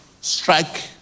strike